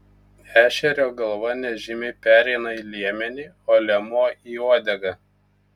ešerio galva nežymiai pereina į liemenį o liemuo į uodegą